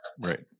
right